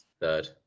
third